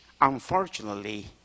Unfortunately